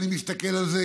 אני מסתכל על זה,